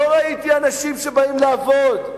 לא ראיתי אנשים שבאים לעבוד,